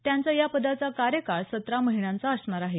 त्यांचा या पदाचा कार्यकाळ सतरा महिण्यांचा असणार आहे